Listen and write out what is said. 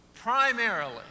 primarily